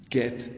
get